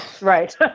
right